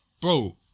bro